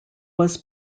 was